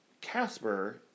Casper